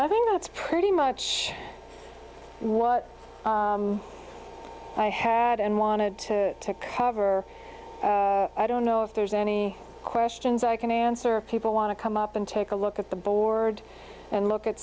i think that's pretty much what i had and wanted to cover i don't know if there's any questions i can answer people want to come up and take a look at the board and look at